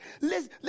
Listen